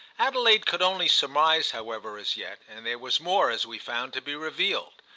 adelaide could only surmise, however, as yet, and there was more, as we found, to be revealed.